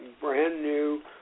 brand-new